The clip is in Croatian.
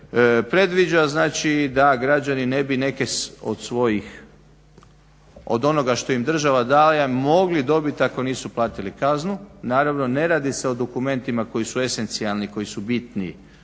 predviđa znači da građani ne bi neke od svojih, od onoga što im država daje mogli dobit ako nisu platili kaznu. Naravno ne radi se o dokumentima koji su esencijalni, koji su bitni